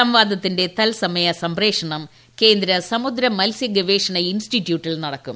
സംവാദത്തിന്റെ തത്സമയ സംപ്രേക്ഷണം കേന്ദ്ര സമുദ്ര മത്സ്യ ഗവേഷണ ഇൻസ്റ്റിറ്റ്യൂട്ടിൽ നടക്കും